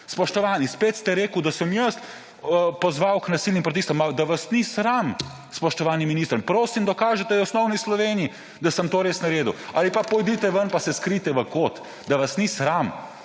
Spoštovani, spet ste rekli, da sem jaz pozval k nasilnim protestom. Da vas ni sram, spoštovani minister. Prosim, dokažite vesoljni Sloveniji, da sem to res naredil, ali pa pojdite ven in se skrijte v kot. Da vas ni sram!